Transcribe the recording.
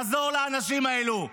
לעזור לאנשים האלה.